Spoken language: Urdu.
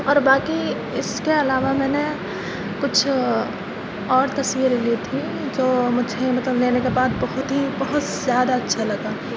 اور باقی اس کے علاوہ میں نے کچھ اور تصویریں لی جو مجھے مطلب لینے کے بعد بہت ہی بہت زیادہ اچھا لگا